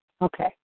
Okay